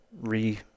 re